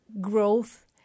growth